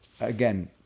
again